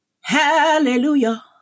Hallelujah